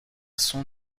son